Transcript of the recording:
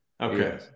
Okay